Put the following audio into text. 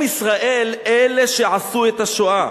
הם, ישראל, אלה שעשו את השואה.